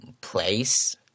place